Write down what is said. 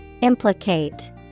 Implicate